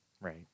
Right